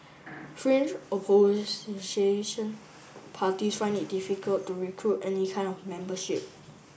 fringe parties find it difficult to recruit any kind of membership